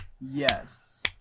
yes